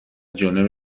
جانب